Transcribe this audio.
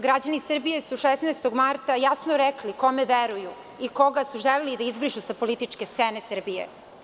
Građani Srbije su 16. marta jasno rekli kome veruju i koga su želeli da izbrišu sa političke scene Srbije.